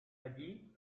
allí